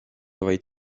vaid